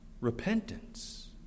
repentance